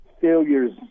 failures